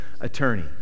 attorney